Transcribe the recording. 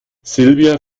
silvia